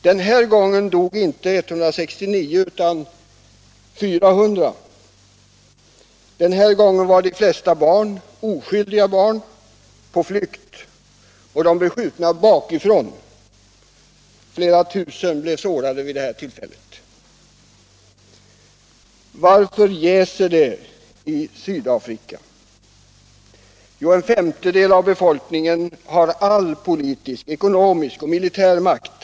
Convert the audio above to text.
Den här gången dog 400 människor. De flesta var barn, oskyldiga barn, på flykt. De blev skjutna bakifrån. Flera tusen blev sårade. Varför jäser det i Sydafrika? Jo, en femtedel av befolkningen har all politisk, ekonomisk och militär makt.